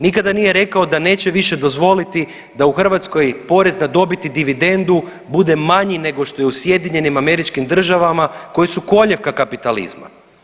Nikada nije rekao da neće više dozvoliti da u Hrvatskoj porez na dobit i dividendu bude manji nego što je u SAD-u koji su koljevka kapitalizma.